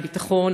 ביטחון,